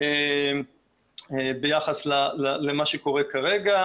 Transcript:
ביחס למה שקורה כרגע.